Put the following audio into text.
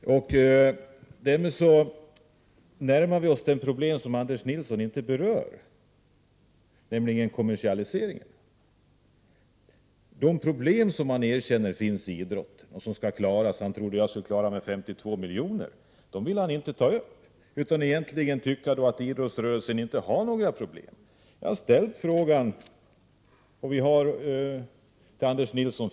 Herr talman! Därmed närmar vi oss de problem som Anders Nilsson inte berör, nämligen kommersialiseringen. Anders Nilsson vill inte ta upp de problem som han erkänner finns och som han trodde att vpk skulle kunna klara med 52 milj.kr. Jag har tidigare ställt frågan till Anders Nilsson: Hur kan ni tillåta att denna kommersialisering får fortsätta, utan att ni ens höjer rösten?